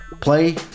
Play